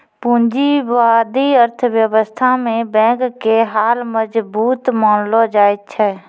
पूंजीबादी अर्थव्यवस्था मे बैंक के हाल मजबूत मानलो जाय छै